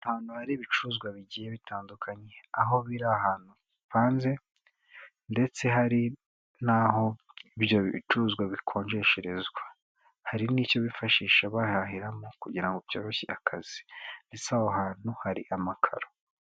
Ahantu hari ibicuruzwa bigiye bitandukanye, aho biri ahantu bipanze ndetse hari n'aho ibyo bicuruzwa bikonjesherezwa, hari n'icyo bifashisha bahahiramo kugira ngo byoroshye akazi ndetse aho hantu hari amakaro.